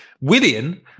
William